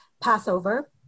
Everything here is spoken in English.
Passover